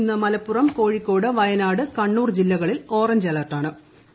ഇന്ന് മലൂപ്പുറം കോഴിക്കോട് വയനാട് കണ്ണൂർ ജില്ലകളിൽ ഓറഞ്ച് അലർട്ടാട്ടുണ്ട്